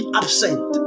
absent